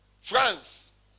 France